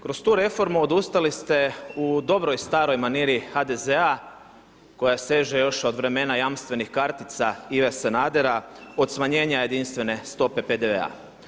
Kroz tu reformu odustali ste u dobroj staroj maniri HDZ-a koja seže još od vremena jamstvenih kartica Ive Sanadera, od smanjenja jedinstvene stope PDV-a.